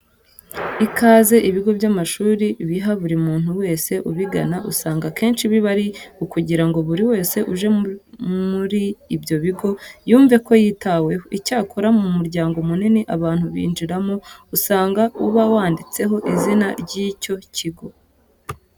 Ikaze ibigo by'amashuri biha buri muntu wese ubigana usanga akenshi biba ari ukugira ngo buri wese uje muri ibyo bigo yumve ko yitaweho. Icyakora ku muryango munini abantu binjiriramo usanga uba wanditseho izina ry'icyo kigo.